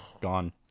Gone